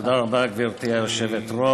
תודה רבה, גברתי היושבת-ראש.